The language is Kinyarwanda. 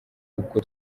ubwo